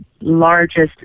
largest